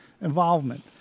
involvement